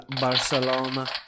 Barcelona